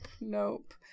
Nope